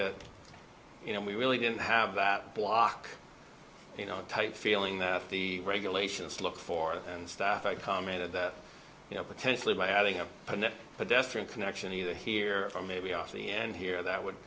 that you know we really didn't have that block you know type feeling that the regulations look for and staff i commented that you know potentially by adding a pedestrian connection either here or maybe off the end here that would